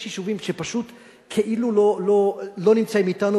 יש יישובים שפשוט כאילו לא נמצאים אתנו